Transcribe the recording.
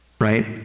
right